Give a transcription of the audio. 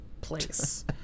place